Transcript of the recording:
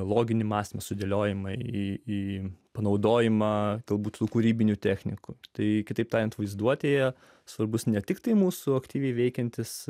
loginį mąstymą sudėliojimą į panaudojimą tai būtų kūrybinių technikų tai kitaip tariant vaizduotėje svarbus ne tiktai mūsų aktyviai veikiantis